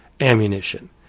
ammunition